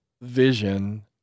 vision